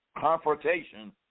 confrontation